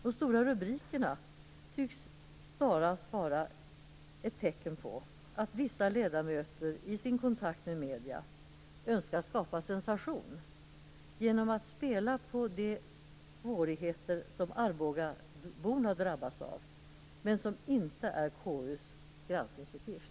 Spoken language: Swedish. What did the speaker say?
De stora rubrikerna tycks snarast vara ett tecken på att vissa ledamöter i sin kontakt med medierna önskar skapa sensation genom att spela på de svårigheter som arbogaborna drabbas av men som inte är KU:s granskningsuppgift.